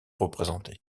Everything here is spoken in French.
représentés